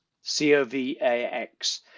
C-O-V-A-X